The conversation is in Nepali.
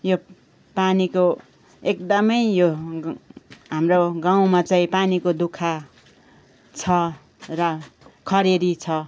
यो पानीको एकदमै यो हाम्रो गाउँमा चाहिँ पानीको दु ख छ र खडेरी छ